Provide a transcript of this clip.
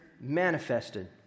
manifested